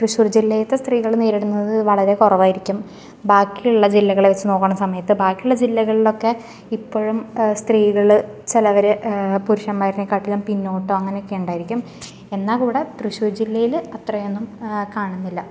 തൃശ്ശൂർ ജില്ലയിലത്തെ സ്ത്രീകള് നേരിടുന്നത് വളരെ കുറവായിരിക്കും ബാക്കിയുള്ള ജില്ലകളെ വെച്ച് നോക്കുന്ന സമയത്ത് ബാക്കിയുള്ള ജില്ലകളിലൊക്കെ ഇപ്പഴും സ്ത്രീകള് ചിലവർ പുരുക്ഷന്മാര്നെകാട്ടിലും പിന്നോട്ട് അങ്ങനേക്കെണ്ടായിരിക്കും എന്നാൽ കൂടെ തൃശ്ശൂർ ജില്ലയിൽ അത്രയൊന്നും കാണുന്നില്ല